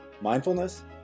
mindfulness